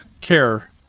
care